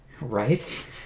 Right